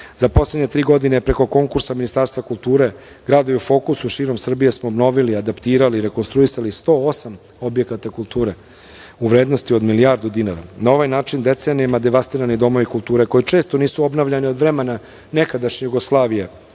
poslednje tri godine, preko konkursa Ministarstva kulture „Gradovi u fokusu“ širom Srbije smo obnovili, adaptirali i rekonstruisali 108 objekata kulture u vrednosti od milijardu dinara. Na ovaj način, decenijama devastirani domovi kulture, koji često nisu obnavljani od vremena nekadašnje Jugoslavije,